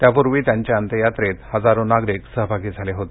त्यापूर्वी त्यांच्या अंत्ययात्रेत हजारो नागरिक सहभागी झाले होते